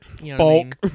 Bulk